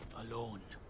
alone.